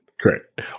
Correct